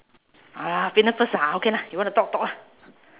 ah fitness first ah okay lah you want talk talk ah